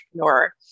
entrepreneur